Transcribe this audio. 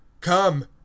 Come